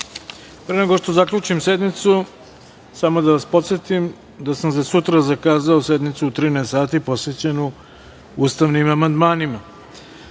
nego što zaključim sednicu, samo da vas podsetim da sam za sutra zakazao sednicu u 13.00 časova posvećenu ustavnim amandmanima. Pošto